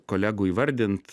kolegų įvardint